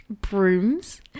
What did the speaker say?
brooms